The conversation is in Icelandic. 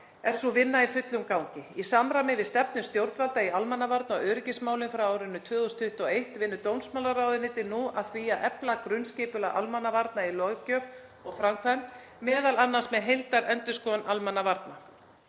er sú vinna í fullum gangi. Í samræmi við stefnu stjórnvalda í almannavarna- og öryggismálum frá árinu 2021 vinnur dómsmálaráðuneytið nú að því að efla grunnskipulag almannavarna í löggjöf og framkvæmd, m.a. með heildarendurskoðun almannavarna.